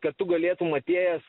kad tu galėtum atėjęs